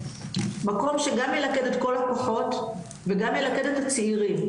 מקום שגם ילכד את כל הכוחות וגם ילכד את הצעירים,